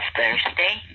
Thursday